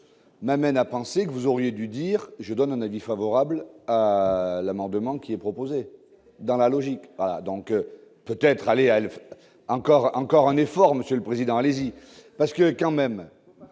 n'amène à penser que vous auriez dû dire : j'ai donné un avis favorable à l'amendement qui est proposé dans la logique a donc peut-être aller à, encore, encore un effort, Monsieur le président, les parce que quand même